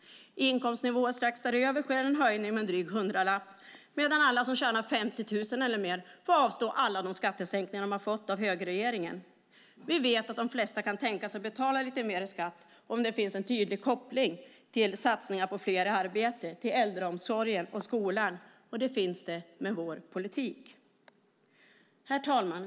I inkomstnivåer strax däröver sker en höjning med en dryg hundralapp medan alla som tjänar 50 000 eller mer får avstå alla de skattesänkningar de har fått av högerregeringen. Vi vet att de flesta kan tänka sig att betala lite mer i skatt om det finns en tydlig koppling till satsningar på fler i arbete, äldreomsorgen och skolan. Och det finns det med vår politik. Herr talman!